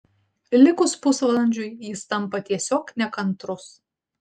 likus pusvalandžiui jis tampa tiesiog nekantrus